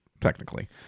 technically